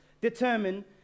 determine